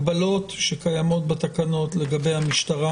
הגבלות שקיימות בתקנות לגבי המשטרה